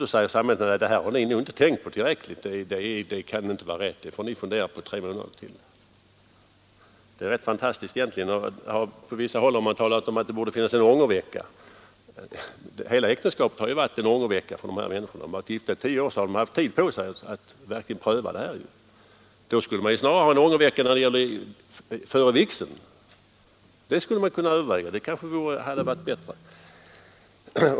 Då säger samhället: Nej, det här har ni nog inte tänkt på tillräckligt, det kan inte vara rätt, det får ni fundera på i tre månader. Det är egentligen rätt fantastiskt. På vissa håll har man talat om att det borde finnas en ångervecka. Hela äktenskapet har ju varit en ångervecka för dessa människor. Har de varit gifta i tio år så har de haft tid på sig att verkligen pröva sitt äktenskap. Snarare skulle man ha en ångervecka före vigseln. Det skulle man kanske överväga, det hade kanske varit bättre.